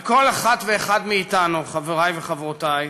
על כל אחת ואחד מאתנו, חברי וחברותי,